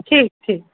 ठीक ठीक